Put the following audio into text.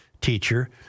teacher